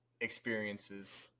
experiences